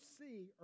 see